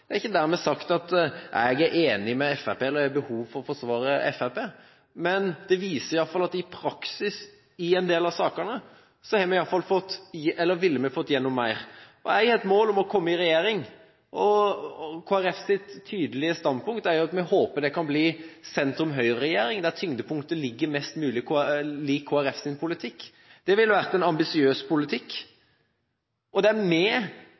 Det er ikke dermed sagt at jeg er enig med Fremskrittspartiet eller har behov for å forsvare Fremskrittspartiet, men det viser iallfall at i praksis, i en del av sakene, så ville vi fått igjennom mer. Jeg har et mål om å komme i regjering, og Kristelig Folkepartis tydelige standpunkt er at vi håper at det blir en sentrum-Høyre-regjering, der tyngdepunktet ligger mest mulig i Kristelig Folkepartis politikk. Det ville vært en ambisiøs politikk, og det er